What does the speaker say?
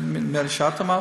נדמה לי שאת אמרת.